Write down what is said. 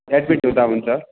admit हुँदा हुन्छ